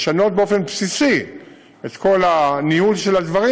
לשנות באופן בסיסי את כל הניהול של הדברים,